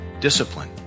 discipline